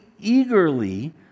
eagerly